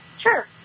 Sure